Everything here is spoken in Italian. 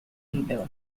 libero